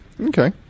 Okay